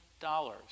dollars